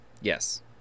Yes